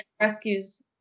rescues